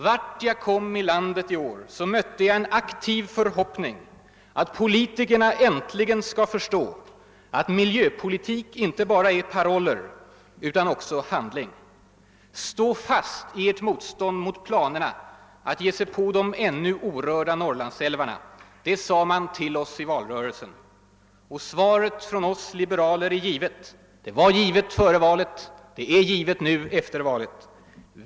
Vart jag kom i landet i år mötte jag en aktiv förhoppning att politikerna äntligen skall förstå att miljöpolitik inte bara är paroller utan också handling. Stå fast vid ert motstånd mot planerna att ge sig på de ännu orörda Norrlandsälvarna, sade man till oss i valrörelsen. Och svaret från oss liberaler är givet. Det var givet före valet, och det är givet nu efter valet.